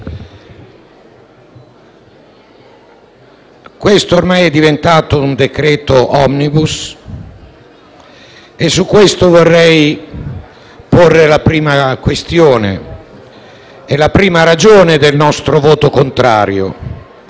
questo ormai è diventato un decreto *omnibus* e su questo vorrei porre la prima questione, in quanto è la prima ragione del nostro voto contrario.